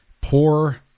Poor